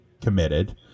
committed